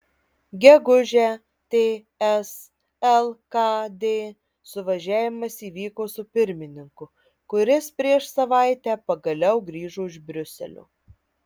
gegužę ts lkd suvažiavimas įvyko su pirmininku kuris prieš savaitę pagaliau grįžo iš briuselio